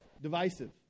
Divisive